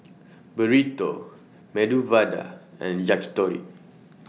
Burrito Medu Vada and Yakitori